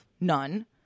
none